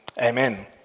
amen